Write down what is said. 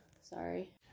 Sorry